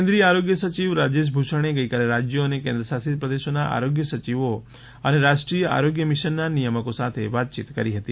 કેન્દ્રિય આરોગ્ય સચિવ રાજેશ ભૂષણે ગઇકાલે રાજ્યો અને કેન્દ્ર શાસિત પ્રદેશોના આરોગ્ય સચિવો અને રાષ્ટ્રીય આરોગ્ય મીશનના નિયામકો સાથે વાતચીત કરી હતી